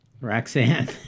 Roxanne